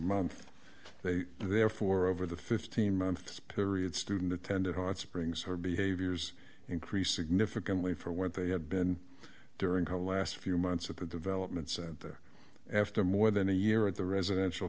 month they therefore over the fifteen months period student attended hotsprings her behaviors increased significantly for what they had been during her last few months at the development center after more than a year at the residential